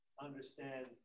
understand